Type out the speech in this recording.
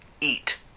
eat